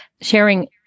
sharing